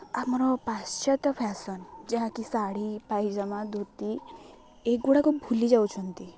ଆମର ପାଶ୍ଚାତ୍ୟ ଫ୍ୟାସନ୍ ଯାହାକି ଶାଢ଼ୀ ପାଇଜାମା ଧୋତି ଏଗୁଡ଼ାକ ଭୁଲି ଯାଉଛନ୍ତି